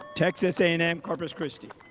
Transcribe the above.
texas a and m corpus christi.